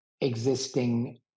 existing